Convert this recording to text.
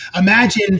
Imagine